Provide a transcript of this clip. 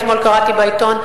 אתמול קראתי בעיתון,